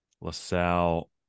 LaSalle